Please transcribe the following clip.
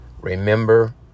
remember